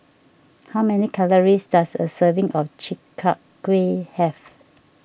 how many calories does a serving of Chi Kak Kuih have